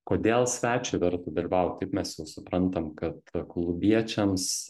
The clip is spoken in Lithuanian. kodėl svečiui verta dalyvaut taip mes jau suprantam kad klubiečiams